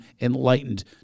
enlightened